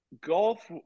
golf